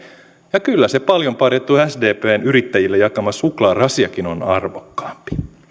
kyllä se paljon parjattu sdpn yrittäjille jakama suklaarasiakin on arvokkaampi